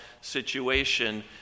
situation